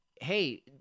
hey